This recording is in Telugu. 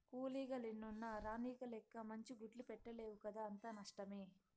కూలీగ లెన్నున్న రాణిగ లెక్క మంచి గుడ్లు పెట్టలేవు కదా అంతా నష్టమే